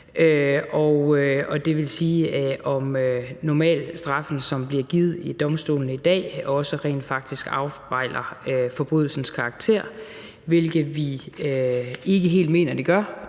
det vil sige, om normalstraffene, som bliver givet ved domstolene i dag, rent faktisk også afspejler forbrydelsens karakter, hvilket vi fra Venstres side ikke